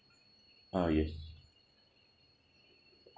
uh yes